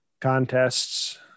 contests